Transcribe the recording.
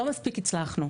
לא מספיק הצלחנו.